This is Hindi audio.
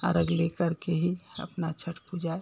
अर्घ लेकर के ही अपना छठ पूजा